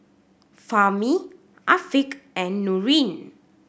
Fahmi Afiq and Nurin